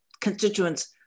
constituents